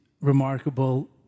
remarkable